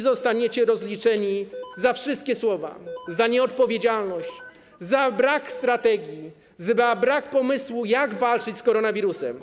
Zostaniecie rozliczeni za wszystkie słowa, za nieodpowiedzialność, za brak strategii, za brak pomysłu, jak walczyć z koronawirusem.